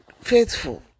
faithful